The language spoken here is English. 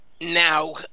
now